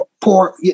poor